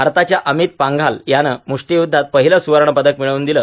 भारताच्या अमित पांघाल यानं मुष्टियुध्दात पहिलं सुवर्ण पदक मिळवून दिलं